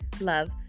love